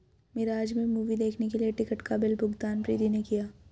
मिराज में मूवी देखने के लिए टिकट का बिल भुगतान प्रीति ने किया